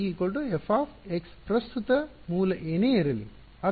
εrE f ಪ್ರಸ್ತುತ ಮೂಲ ಏನೇ ಇರಲಿ